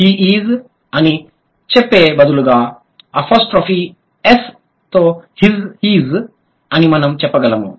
హి is అని చెప్పే బదులుగా అపోస్ట్రోఫీ s తో హిస్ hes అని మనం చెప్పగలము